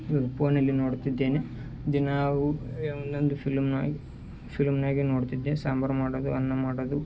ಪೋನಲ್ಲಿ ನೋಡುತ್ತಿದ್ದೇನೆ ದಿನವೂ ಒಂದೊಂದು ಫಿಲಮ್ನಾಗ ಫಿಲಮ್ನ್ಯಾಗ ನೋಡುತ್ತಿದ್ದೆ ಸಾಂಬಾರು ಮಾಡೋದು ಅನ್ನ ಮಾಡೋದು